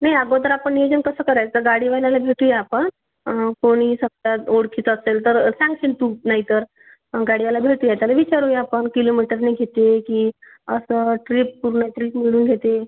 नाही अगोदर आपण नियोजन कसं करायचं गाडीवाल्याला भेटूया आपण कोणी सप्ताहात ओळखीचा असेल तर सांगशील तू नाही तर गाडीवाला भेटूया त्याला विचारूया आपण किलोमीटरनी घेते की असं ट्रीप पूर्ण ट्रीप मिळून घेते